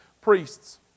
priests